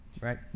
right